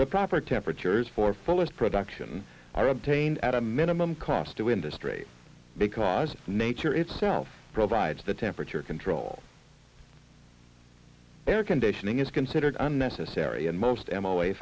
the proper temperatures for fuller's production are obtained at a minimum cost to industry because nature itself provides the temperature control air conditioning is considered unnecessary and most